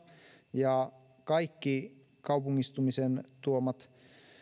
ja kaikki kaupungistumisen tuomat